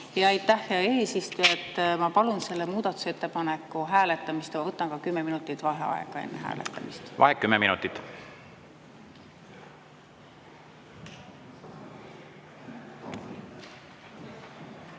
Aitäh, hea eesistuja! Ma palun selle muudatusettepaneku hääletamist ja võtan ka kümme minutit vaheaega enne hääletamist. Vaheaeg kümme minutit.V